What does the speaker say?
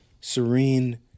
serene